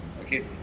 Okay